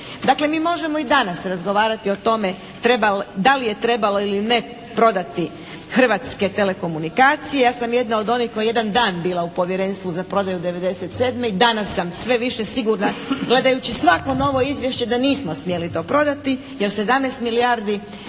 Dakle mi možemo i danas razgovarati o tome da li je trebalo ili ne prodati Hrvatske telekomunikacije. Ja sam jedna od onih koji je jedan dan bila u Povjerenstvu za prodaju '97. i danas sam sve više sigurna gledajući svako novo izvješće da nismo smjeli to prodati. Jer 17 milijardi